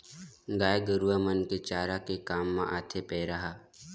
गाय गरुवा मन के चारा के काम म आथे पेरा ह